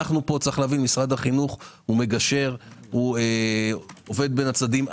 משרד החינוך הוא מגשר, עובד בין הצדדים.